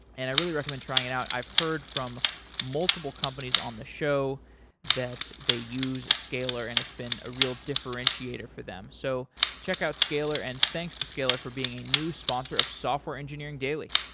and i really recommend trying and out. i've heard from multiple companies on the show that they use scalyr and it's been a real differentiator for them. so check out scalyr, and thanks to scalyr for being a new sponsor of software engineering daily